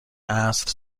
عصر